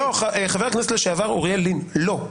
חבר הכנסת לשעבר אוריאל לין, לא.